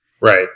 Right